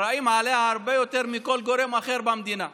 אחראים עליהן הרבה יותר מכל גורם אחר במדינה.